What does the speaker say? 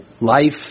life